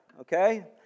Okay